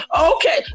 Okay